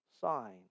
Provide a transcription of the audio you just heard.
sign